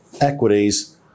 Equities